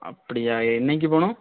அப்படியா என்னைக்கி போகணும்